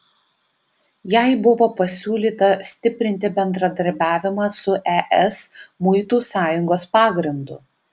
jai buvo pasiūlyta stiprinti bendradarbiavimą su es muitų sąjungos pagrindu